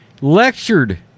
lectured